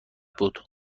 بود